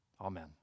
Amen